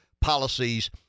policies